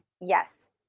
Yes